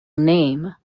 name